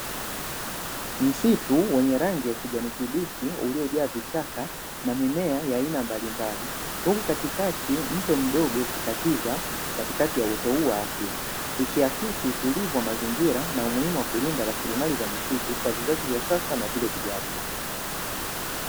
Msitu wenye rangi ya kijani kibichi uliojaa vichaka na mimea ya aina mbalimbali, huku katikati mtu mdogo kikatiza katikati ya uoto huo wa asili ikiakisi utulivu wa mazingira na umuhimu wa kulinda rasilimali za misitu kwa vizazi vya sasa na vile vijavyo.